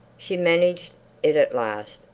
she managed it at last,